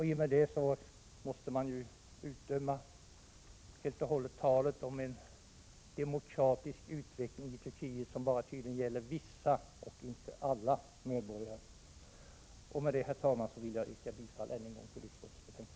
I och med detta måste man utdöma talet om en demokratisk utveckling i Turkiet. Det tycks gälla bara vissa medborgare. Med detta, herr talman, yrkar jag än en gång bifall till utskottets hemställan.